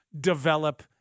develop